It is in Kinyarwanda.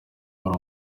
wari